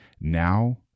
now